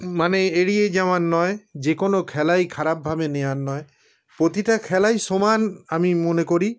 মানে এড়িয়ে যাওয়ার নয় যে কোনো খেলাই খারাপভাবে নেওয়ার নয় প্রতিটা খেলাই সমান আমি মনে করি